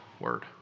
word